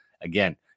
Again